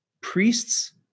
priests